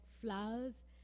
flowers